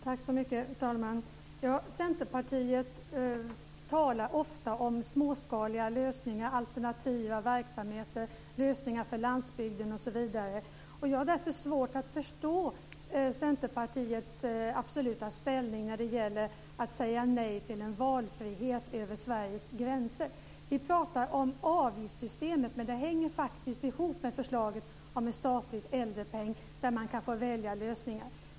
Fru talman! Centerpartiet talar ofta om småskaliga lösningar, alternativa verksamheter, lösningar för landsbygden osv. Jag har därför svårt att förstå Centerpartiets absoluta ställning när det gäller att säga nej till en valfrihet över Sveriges gränser. Vi pratar om avgiftssystemet, men det hänger faktiskt ihop med förslaget om en statlig äldrepeng där man kan få välja lösningar.